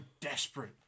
desperate